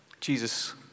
Jesus